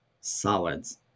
Solids